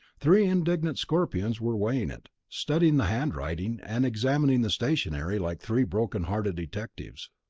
three indignant scorpions were weighing it, studying the handwriting, and examining the stationery like three broken-hearted detectives.